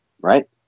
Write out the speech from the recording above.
right